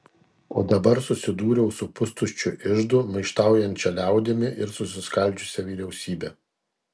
o dabar susidūriau su pustuščiu iždu maištaujančia liaudimi ir susiskaldžiusia vyriausybe